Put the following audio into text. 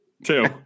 two